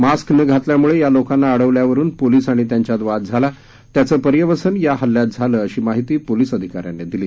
mask न घातल्यामुळे या लोकांना अडवल्यावरून पोलीस आणि त्यांच्यात वाद झाला त्याचं पर्यवसन या हल्ल्यात झालं अशी माहिती पोलीस अधिकाऱ्यांनी दिली